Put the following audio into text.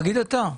תגיד אתה.